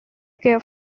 care